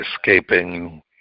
Escaping